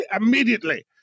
immediately